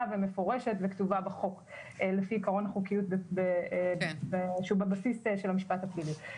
ומפורשת וכתובה בחוק לפי עקרון חוקיות שהוא בבסיס של המשפט הפלילי.